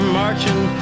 marching